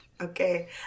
Okay